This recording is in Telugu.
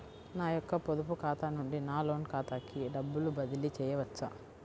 నా యొక్క పొదుపు ఖాతా నుండి నా లోన్ ఖాతాకి డబ్బులు బదిలీ చేయవచ్చా?